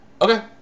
Okay